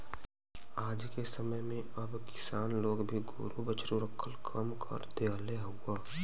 आजके समय में अब किसान लोग भी गोरु बछरू रखल कम कर देहले हउव